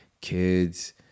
kids